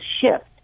shift